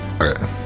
Okay